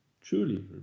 Truly